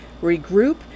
regroup